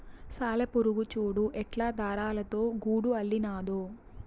సాలెపురుగు చూడు ఎట్టా దారాలతో గూడు అల్లినాదో